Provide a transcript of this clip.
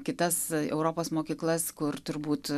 kitas europos mokyklas kur turbūt